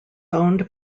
owned